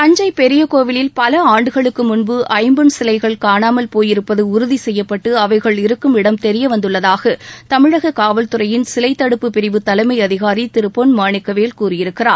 தஞ்சை பெரிய கோவிலில் பல ஆண்டுகளுக்கு முன்பு ஐம்பொன் சிலைகள் காணாமல் போயிருப்பது உறுதி செய்யப்பட்டு அவைகள் இருக்கும் இடம் தெரியவந்துள்ளதாக தமிழக காவல்துறையின் சிலை தடுப்பு பிரிவு தலைமை அதிகாரி பொன் மாணிக்கவேல் கூறியிருக்கிறார்